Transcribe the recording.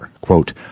quote